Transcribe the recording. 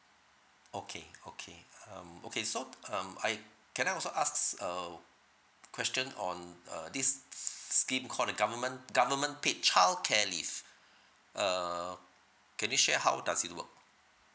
okay okay um okay so um I can I also ask err question on uh this scheme called the government government paid childcare leave uh can you share how does it work